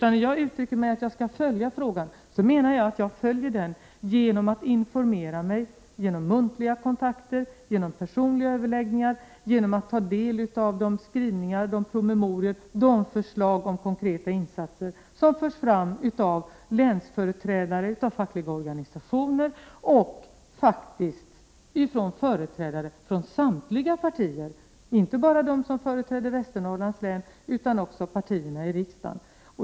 När jag uttalar att jag skall följa frågan innebär det att jag följer den genom att informera mig vid muntliga kontakter, genom personliga överläggningar, genom att ta del av de skrivelser och promemorier och de förslag om konkreta insatser som förs fram av länsföreträdare, fackliga organisationer och, faktiskt, från företrädare för samtliga partier — inte bara dem som företräder Västernorrlands län utan också partierna i riksdagen.